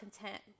content